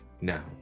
now